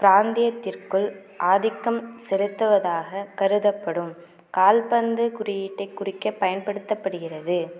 பிராந்தியத்திற்குள் ஆதிக்கம் செலுத்துவதாகக் கருதப்படும் கால்பந்து குறியீட்டைக் குறிக்கப் பயன்படுத்தப்படுகிறது